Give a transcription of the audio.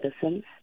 citizens